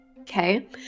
Okay